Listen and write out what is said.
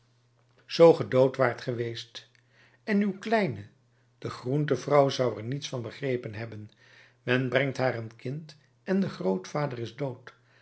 ge dood waart geweest en uw kleine de groentevrouw zou er niets van begrepen hebben men brengt haar een kind en de grootvader is dood